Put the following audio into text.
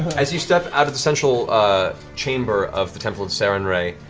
as you step out of the central chamber of the temple of sarenrae,